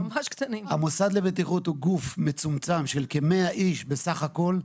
המוסד לבטיחות הוא גוף מצומצם של כ-100 איש בסך הכול,